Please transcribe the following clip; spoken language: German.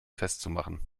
festzumachen